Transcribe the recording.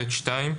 (ב2)